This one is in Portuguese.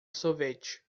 sorvete